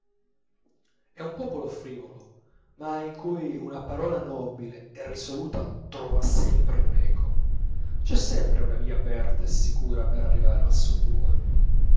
è un popolo frivolo ma in cui una parola nobile e risoluta trova sempre un eco c'è sempre una via aperta e sicura per arrivare al suo cuore